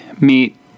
meet